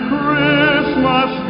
Christmas